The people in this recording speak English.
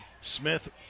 Smith